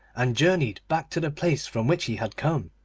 and journeyed back to the place from which he had come,